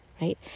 right